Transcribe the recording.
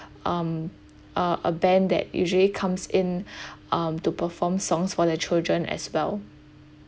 um a a band that usually comes in um to perform songs for the children as well